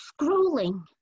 scrolling